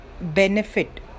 benefit